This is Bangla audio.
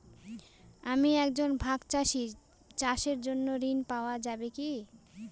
আমি একজন ভাগ চাষি চাষের জন্য ঋণ পাওয়া যাবে কি?